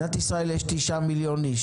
במדינת ישראל יש 9 מיליון איש,